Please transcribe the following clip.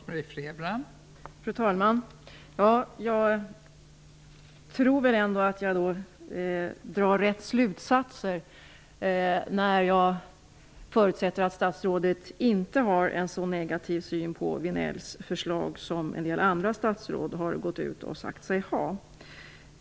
Fru talman! Jag tror ändå att jag drar rätt slutsatser när jag förutsätter att statsrådet inte har en så negativ syn på Vinells förslag som en del andra statsråd har gått ut och sagt sig ha.